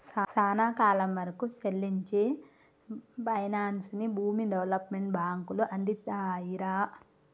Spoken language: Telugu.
సానా కాలం వరకూ సెల్లించే పైనాన్సుని భూమి డెవలప్మెంట్ బాంకులు అందిత్తాయిరా